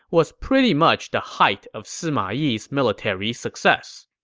was pretty much the height of sima yi's military success.